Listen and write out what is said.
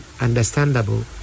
understandable